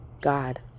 God